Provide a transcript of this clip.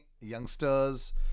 youngsters